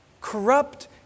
Corrupt